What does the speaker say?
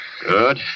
Good